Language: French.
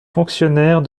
fonctionnaires